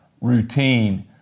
routine